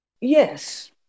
Yes